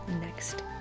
next